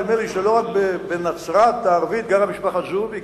נדמה שלא רק בנצרת הערבית גרה משפחת זועבי,